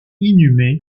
inhumé